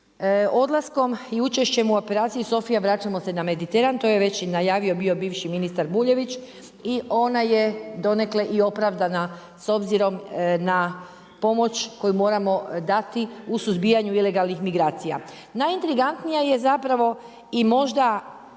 Odlaskom i učešćem u Operaciji SOPHIA vraćamo se na Mediteran. To je već i najavio bio bivši ministar Buljević i ona je donekle i opravdana s obzirom na pomoć koju moramo dati u suzbijanju ilegalnih migracija. Najintrigantnija je zapravo i možda